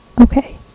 Okay